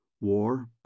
War